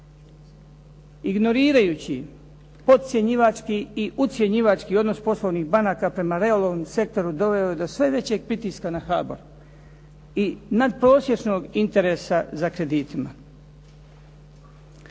Ignorirajući podcjenjivački i ucjenjivački odnos poslovnih banaka prema …/Govornik se ne razumije./… doveo je do sve većeg pritiska na HABO i natprosječnog interesa za kreditima.